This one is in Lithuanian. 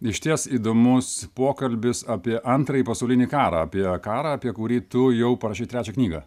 išties įdomus pokalbis apie antrąjį pasaulinį karą apie karą apie kurį tu jau parašei trečią knygą